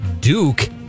Duke